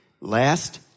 Last